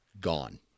gone